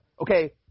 okay